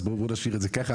אז בוא נשאיר את זה ככה.